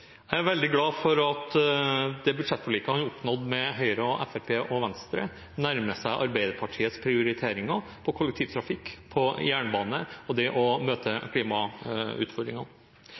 Jeg er veldig glad for at det budsjettforliket han oppnådde med Høyre, Fremskrittspartiet og Venstre, nærmer seg Arbeiderpartiets prioriteringer av kollektivtrafikk, jernbane og det å møte klimautfordringene.